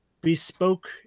bespoke